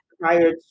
prior